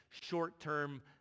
short-term